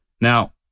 Now